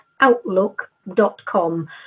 outlook.com